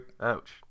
ouch